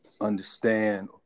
understand